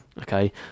okay